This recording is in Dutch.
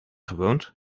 gewoond